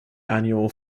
annual